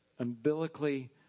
umbilically